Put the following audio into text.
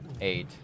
Eight